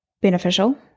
beneficial